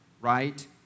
right